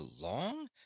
long